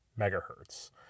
megahertz